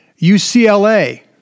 UCLA